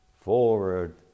forward